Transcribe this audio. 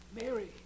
Mary